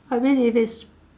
I mean if it's